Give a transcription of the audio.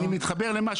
אני מתחבר למה